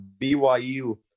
BYU